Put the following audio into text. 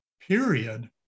period